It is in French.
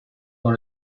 dans